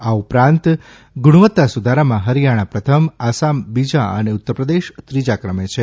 આ ઉપરાંત ગુણવત્તા સુધારામાં હરિથાણા પ્રથમ આસામ બીજા અને ઉત્તરપ્રદેશ ત્રીજાક્રમે છે